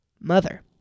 mother